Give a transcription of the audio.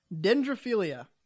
Dendrophilia